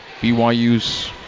BYU's